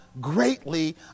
greatly